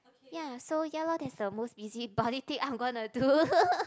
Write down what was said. ya so ya lor that's the most busybody thing I'm gonna to do